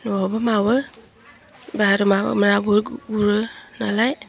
न'आवबो मावो बा आरो मा मायावबो गु गुरो नालाय